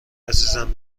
عزیزم